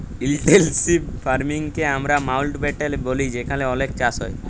intensive farming কে আমরা মাউল্টব্যাটেল ব্যলি যেখালে অলেক চাষ হ্যয়